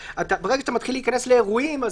כי ברגע שאתה מתחיל להיכנס לאירועים אז